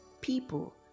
People